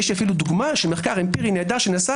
יש לי דוגמה של מחקר אמפירי נהדר שנעשה